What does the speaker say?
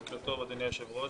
בוקר טוב, אדוני היושב-ראש.